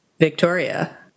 Victoria